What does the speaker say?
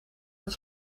het